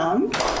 לבדוק.